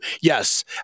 yes